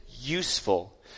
useful